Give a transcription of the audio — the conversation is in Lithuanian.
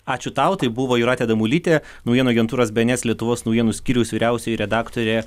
ačiū tau tai buvo jūratė damulytė naujienų agentūros bns lietuvos naujienų skyriaus vyriausioji redaktorė